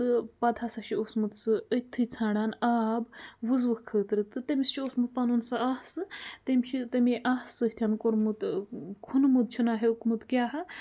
تہٕ پَتہٕ ہسا چھُ اوسمُت سُہ أتتھی ژھانٛڈان آب وٕزوُ خٲطرٕ تہٕ تٔمِس چھُ اوسمُت پَنُن سُہ آسہٕ تٔمۍ چھُ تَمی آسہ سۭتۍ کوٚرمُت کھوٚنمُت چھُنا ہیوٚکمُت کیٛاہ ہا